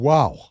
Wow